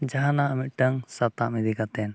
ᱡᱟᱦᱟᱱᱟᱜ ᱢᱤᱫᱴᱟᱝ ᱥᱟᱛᱟᱢ ᱤᱫᱤ ᱠᱟᱛᱮᱫ